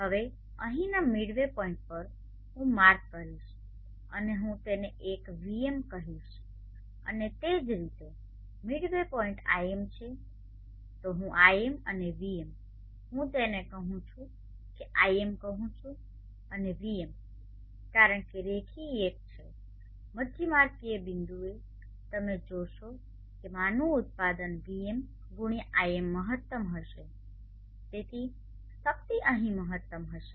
હવે અહીંના midway point પર હું માર્ક કરીશ અને હું તેને એક Vm કહીશ અને તે જ રીતે મીડવે પોઇન્ટ Im છે તો હું Im અને Vm હું તેને હું કે Im કહું છું અને Vm કારણ કે રેખીય એક છે મધ્યમાર્ગીય બિંદુએ તમે જોશો કેમાંનું ઉત્પાદન Vm ગુણ્યા Im મહત્તમ હશે તેથી શક્તિ અહીં મહત્તમ હશે